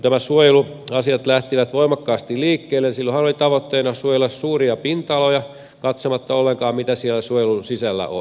kun ennenaikaan nämä suojeluasiat lähtivät voimakkaasti liikkeelle niin silloinhan oli tavoitteena suojella suuria pinta aloja katsomatta ollenkaan mitä siellä suojelun sisällä on